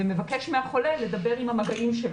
ומבקש מהחולה לדבר עם המגעים שלו.